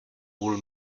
půl